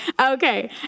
Okay